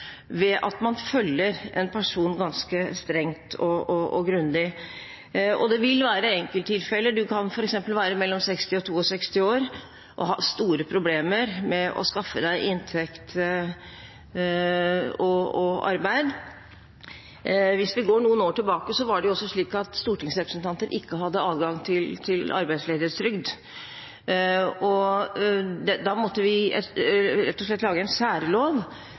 ved at man følger en person ganske strengt og grundig. Det vil være enkelttilfeller. Man kan f.eks. være mellom 60 år og 62 år og ha store problemer med å skaffe seg inntekt og arbeid. Hvis vi går noen år tilbake, var det også slik at stortingsrepresentanter ikke hadde adgang til arbeidsledighetstrygd, og da måtte vi rett og slett lage en